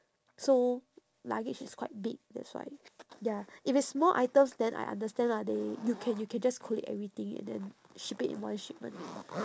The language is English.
so luggage is quite big that's why ya if it's small items then I understand lah they you can you can just collate everything and then ship it in one shipment